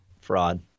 Fraud